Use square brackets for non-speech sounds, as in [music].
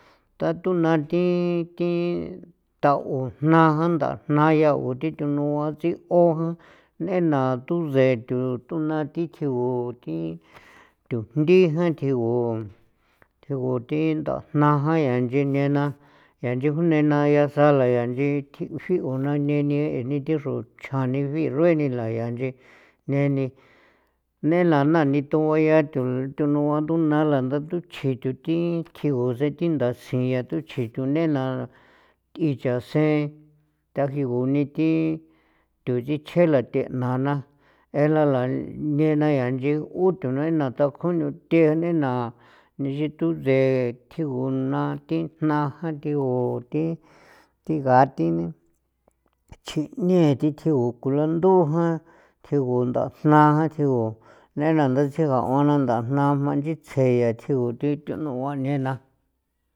Tatuna thi thi ta'on jna jan ndajna yaa o thi tunua tsi'o jan n'ena tusen thu tuna thi tjigu thi thujnthi jan tjigu tjigu thi ndajna jan ya inchi nena 'ia nchi ju nena yasa la ya nchi [noise] thjigu si'u na neni ee thi xro chjan ni bixrueni na layaa anchee la neni nena nani thuoa ya thu thunua ndunala ndata tuchji thu thi tjigu sen thi ndasin tuchjin thu nena th'i chasen tagiguni thi thu tsichje la thenan na eela na nena ya nchi uthu nuena takju nuthe nena nixi tusen tjigu naa thi jna jan tjigu thi gaathi [noise] chji'ne thi tjigu kulandu jan thjigu ndajna jan, tjigu nena ndatsjiga 'uana ndajnaa jma nchitsje ya tjigu thi thunua nena.